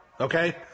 Okay